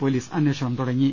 police അന്വേഷണം തുടങ്ങി